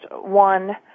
one